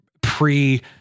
pre